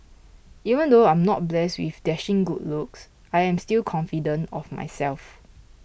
even though I'm not blessed with dashing good looks I am still confident of myself